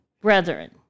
brethren